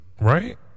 right